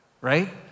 Right